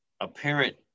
Apparent